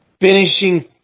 Finishing